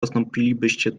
postąpilibyście